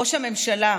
ראש הממשלה,